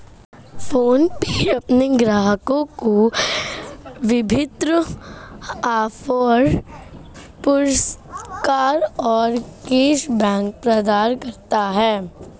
PhonePe अपने ग्राहकों को विभिन्न ऑफ़र, पुरस्कार और कैश बैक प्रदान करता है